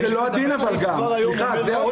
אותו הדבר בקרן גידור, פשוט עם ניירות ערך.